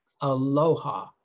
Aloha